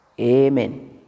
Amen